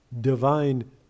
divine